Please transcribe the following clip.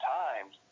times